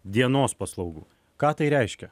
dienos paslaugų ką tai reiškia